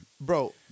Bro